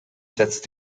setzt